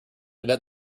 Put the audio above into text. invent